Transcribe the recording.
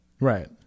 Right